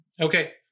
Okay